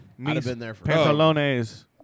pantalones